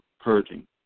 purging